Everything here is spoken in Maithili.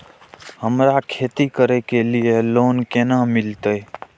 हमरा खेती करे के लिए लोन केना मिलते?